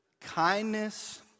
kindness